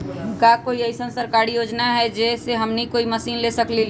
का कोई अइसन सरकारी योजना है जै से हमनी कोई मशीन ले सकीं ला?